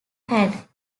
had